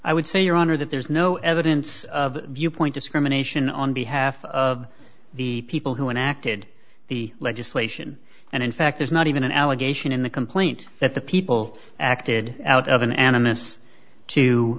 i would say your honor that there's no evidence of viewpoint discrimination on behalf of the people who acted the legislation and in fact there's not even an allegation in the complaint that the people acted out of an